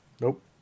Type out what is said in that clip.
nope